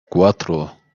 cuatro